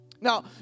Now